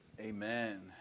Amen